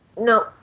No